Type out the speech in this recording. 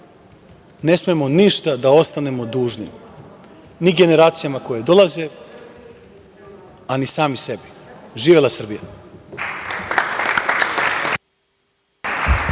Ne smemo ništa da ostanemo dužni ni generacijama koje dolaze, a ni sami sebi. Živela Srbija.